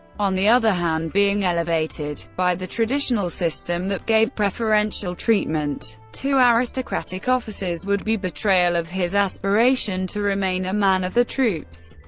on the other hand, being elevated by the traditional system that gave preferential treatment to aristocratic officers would be betrayal of his aspiration to remain a man of the troops.